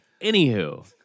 Anywho